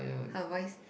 her voice